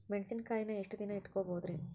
ಮೆಣಸಿನಕಾಯಿನಾ ಎಷ್ಟ ದಿನ ಇಟ್ಕೋಬೊದ್ರೇ?